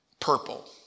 purple